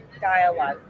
dialogue